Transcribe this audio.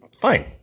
fine